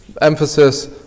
emphasis